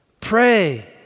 pray